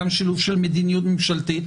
גם שילוב של מדיניות ממשלתית,